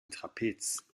trapez